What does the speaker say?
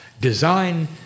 design